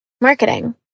marketing